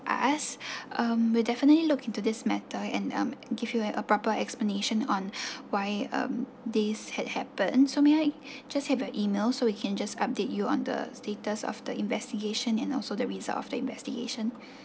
us um we'll definitely look into this matter and um give you a proper explanation on why um this had happened so may I just have your email so we can just update you on the status of the investigation and also the result of the investigation